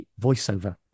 voiceover